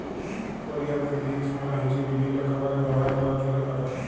করিয়ালদের লিভস মালে হ্য়চ্ছে বিভিল্য খাবারে ব্যবহার ক্যরা ধলে পাতা